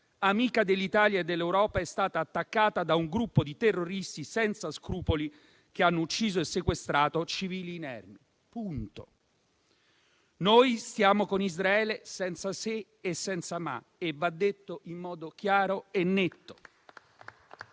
amica dell'Italia e dell'Europa, è stata attaccata da un gruppo di terroristi senza scrupoli, che hanno ucciso e sequestrato civili inermi. Noi stiamo con Israele, senza se e senza ma. Questo va detto in modo chiaro e netto